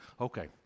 okay